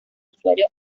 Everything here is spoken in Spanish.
usuario